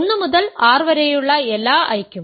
1 മുതൽ r വരെയുള്ള എല്ലാ I യ്ക്കും